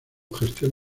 gestión